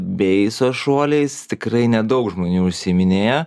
beiso šuoliais tikrai nedaug žmonių užsiiminėja